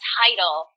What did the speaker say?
title